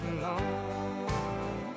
alone